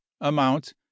amount